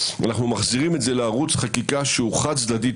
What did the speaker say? אנחנו מחזירים לערוץ חקיקה שהוא חד-צדדי,